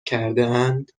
کردهاند